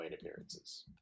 appearances